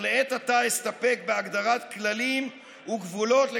אך לעת עתה אסתפק בהגדרת כללים וגבולות על